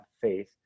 faith